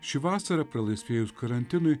ši vasara pralaisvėjus karantinui